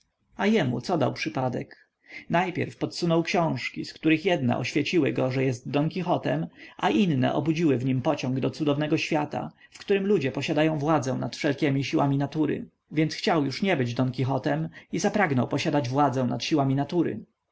a jemu co dał przypadek najpierwiej podsunął książki z których jedne oświeciły go że jest don quichotem a inne obudziły w nim pociąg do cudownego świata w którym ludzie posiadają władzę nad wszelkiemi siłami natury więc chciał już nie być don quichotem i zapragnął posiadać władzę nad siłami natury